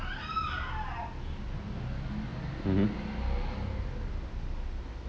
mmhmm